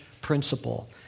principle